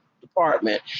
department